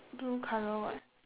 blue colour what